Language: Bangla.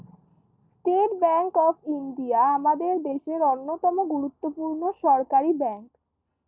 স্টেট ব্যাঙ্ক অফ ইন্ডিয়া আমাদের দেশের অন্যতম গুরুত্বপূর্ণ সরকারি ব্যাঙ্ক